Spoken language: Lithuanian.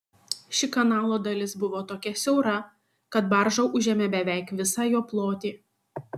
ši kanalo dalis buvo tokia siaura kad barža užėmė beveik visą jo plotį